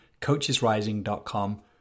coachesrising.com